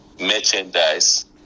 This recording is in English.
merchandise